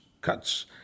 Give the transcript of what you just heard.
cuts